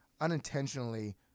unintentionally